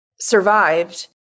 survived